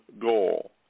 goal